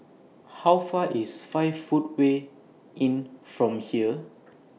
How Far IS five Footway Inn from here